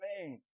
man